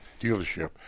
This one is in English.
dealership